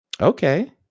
Okay